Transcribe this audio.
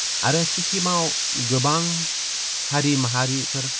आरो सिक्किमाव गोबां हारि माहारिफोर